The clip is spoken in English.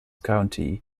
county